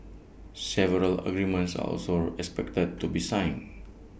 several agreements are also expected to be signed